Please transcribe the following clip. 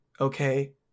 okay